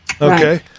okay